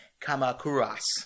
Kamakuras